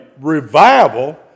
revival